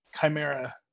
Chimera